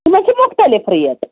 تِمن چھِ مختلف ریٹ